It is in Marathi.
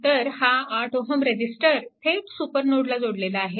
तर हा 8 Ω रेजिस्टर थेट सुपरनोडला जोडलेला आहे